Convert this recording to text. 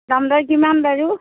দাম দৰ কিমান বাৰু